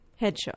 Headshot